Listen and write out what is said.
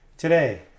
Today